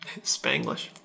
Spanglish